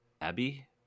Abby